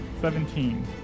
seventeen